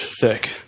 thick